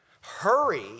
Hurry